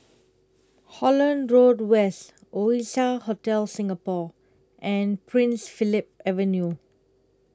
Holland Road West Oasia Hotel Singapore and Prince Philip Avenue